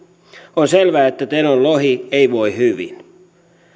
on selvää että tenon lohi ei voi hyvin